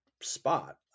spot